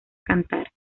cantar